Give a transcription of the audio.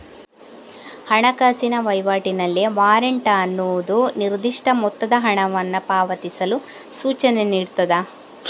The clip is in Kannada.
ಹಣಕಾಸಿನ ವೈವಾಟಿನಲ್ಲಿ ವಾರೆಂಟ್ ಅನ್ನುದು ನಿರ್ದಿಷ್ಟ ಮೊತ್ತದ ಹಣವನ್ನ ಪಾವತಿಸಲು ಸೂಚನೆ ನೀಡ್ತದೆ